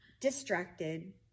distracted